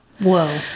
Whoa